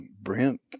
Brent